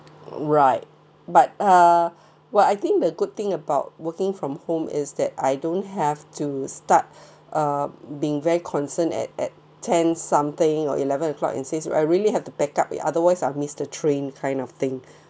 right but uh what I think the good thing about working from home is that I don't have to start uh been very concerned at at ten something or eleven o'clock in says I really have to back up otherwise I'll miss the train kind of thing